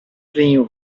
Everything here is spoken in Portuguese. vinho